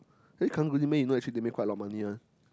actually karang-guni man you know actually they make quite a lot of money [one]